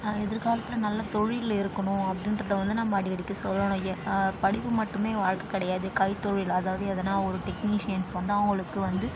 எதிர்காலத்தில் நல்ல தொழில் இருக்கணும் அப்படின்றத வந்து நம்ம அடிக்கடிக்கு சொல்லணும் எ படிப்பு மட்டுமே வாழ்க்கை கிடையாது கைத்தொழில் அதாவது எதனால் ஒரு டெக்னிஷியன்ஸ் வந்தால் அவர்களுக்கு வந்து